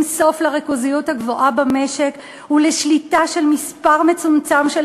סוף לריכוזיות הגבוהה במשק ולשליטה של מספר מצומצם של